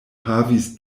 havis